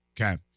Okay